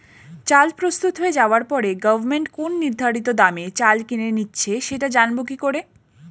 চাল প্রস্তুত হয়ে যাবার পরে গভমেন্ট কোন নির্ধারিত দামে চাল কিনে নিচ্ছে সেটা জানবো কি করে?